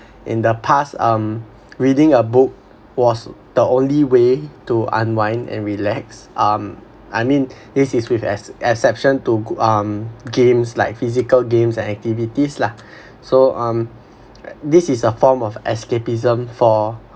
in the past um reading a book was the only way to unwind and relax um I mean this is with exception to um games like physical games and activities lah so um this is a form of escapism for